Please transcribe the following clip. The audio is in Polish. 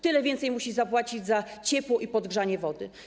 Tyle więcej musi zapłacić za ciepło i podgrzanie wody.